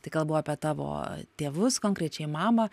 tai kalbu apie tavo tėvus konkrečiai mamą